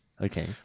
Okay